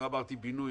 לא אמרתי בינוי,